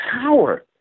power